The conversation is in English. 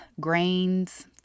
grains